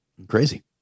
crazy